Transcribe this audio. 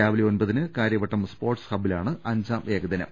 രാവിലെ ഒൻപതിന് കാര്യവട്ടം സ്പോർട്സ് ഹബ്ബിലാണ് അഞ്ചാം ഏകദിനം